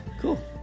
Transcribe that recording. Cool